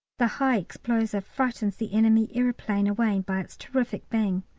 the high explosive frightens the enemy aeroplane away by its terrific bang,